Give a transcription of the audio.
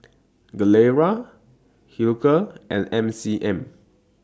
Gilera Hilker and M C M